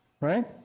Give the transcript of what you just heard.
right